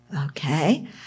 okay